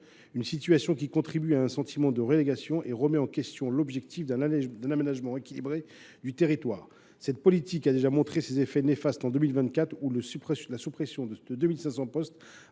Cette situation nourrit un sentiment de relégation et remet en question l’objectif d’un aménagement équilibré du territoire. Cette politique a déjà montré ses effets néfastes en 2024, quand la suppression de 2 500 postes